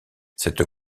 cette